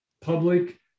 public